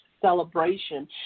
celebration